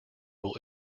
will